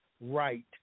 right